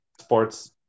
sports